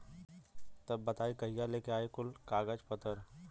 तब बताई कहिया लेके आई कुल कागज पतर?